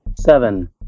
Seven